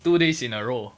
two days in a row